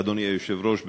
אדוני היושב-ראש,